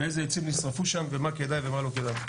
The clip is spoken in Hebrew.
איזה עצים נשרפו שם ומה כדאי ומה לא כדאי.